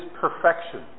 perfection